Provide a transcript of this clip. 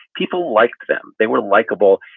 people like them. they were likable,